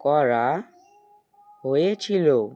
করা হয়েছিল